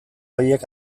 horiek